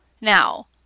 Now